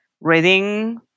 reading